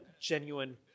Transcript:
genuine